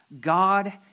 God